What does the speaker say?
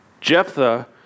Jephthah